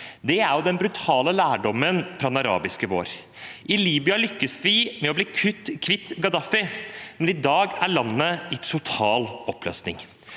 Det er den brutale lærdommen fra den arabiske våren. I Libya lyktes de med å bli kvitt Gaddafi, men i dag er landet i total oppløsning.